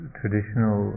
traditional